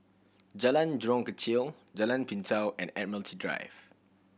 Jalan Jurong Kechil Jalan Pintau and Admiralty Drive